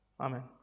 Amen